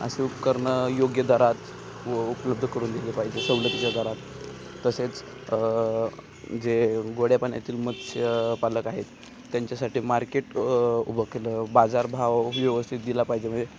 असे उपकरणं योग्य दरात व उपलब्ध करून दिले पाहिजे सवलतीच्या दरात तसेच जे गोड्या पाण्यातील मत्स्य पालक आहेत त्यांच्यासाटी मार्केट उभं केलं बाजारभाव व्यवस्थित दिला पाहिजे म्हणजे